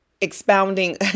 Expounding